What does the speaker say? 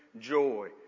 joy